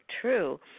true